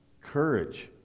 courage